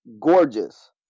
gorgeous